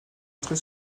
entrée